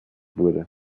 wurde